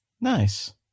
Nice